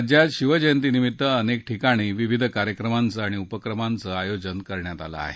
राज्यात शिवजयंतीनिमित्त अनेक ठिकाणी विविध कार्यक्रमांचं आणि उपक्रमांचा आयोजन केलं आहे